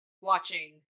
watching